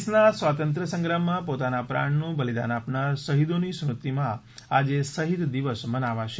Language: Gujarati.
દેશના સ્વાતંત્ર્ય સંગ્રામમાં પોતાના પ્રાણનું બલિદાન આપનાર શહીદોની સ્મૃતિમાં આજે શહીદ દિવસ મનાવાશે